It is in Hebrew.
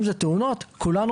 אם זה תאונות כולנו